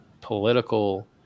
political